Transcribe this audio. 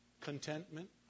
Contentment